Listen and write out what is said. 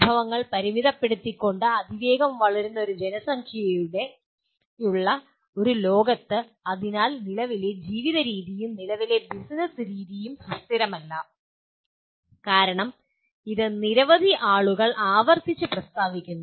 വിഭവങ്ങൾ പരിമിതപ്പെടുത്തിക്കൊണ്ട് അതിവേഗം വളരുന്ന ഒരു ജനസംഖ്യയുള്ള ഒരു ലോകത്ത് അതിനാൽ നിലവിലെ ജീവിത രീതിയും നിലവിലെ ബിസിനസ്സ് രീതിയും സുസ്ഥിരമല്ല കാരണം ഇത് നിരവധി ആളുകൾ ആവർത്തിച്ച് പ്രസ്താവിക്കുന്നു